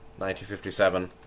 1957